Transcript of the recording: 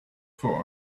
for